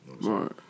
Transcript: Right